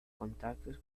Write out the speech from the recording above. contactos